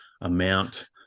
amount